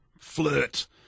flirt